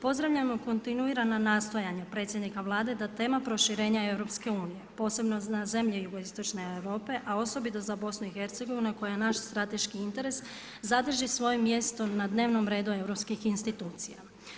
Pozdravljamo kontinuirana nastajanja predsjednika Vlade, da tema proširenja EU, posebno na zemlje jugoistočne Europe, a osobito za BIH koja je naš strateški interes zadrži svoje mjesto na dnevnom redu europskih institucija.